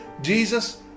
Jesus